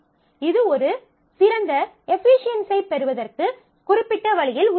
இது ஒரு சிறந்த எஃப்ஃபிசியன்சியைப் பெறுவதற்கு குறிப்பிட்ட வழியில் உதவுகிறது